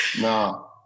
No